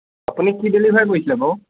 আপুনি কি ডেলিভাৰ কৰিছিলে বাৰু